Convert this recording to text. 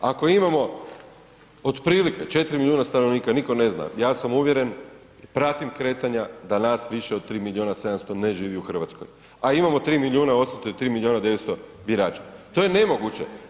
Ako imamo otprilike 4 milijuna stanovnika, niko ne zna, ja sam uvjeren, pratim kretanja da nas više od 3 milijuna 700 ne živi u Hrvatskoj, a imamo 3 milijuna 800 ili 3 milijuna 900 birača, to je nemoguće.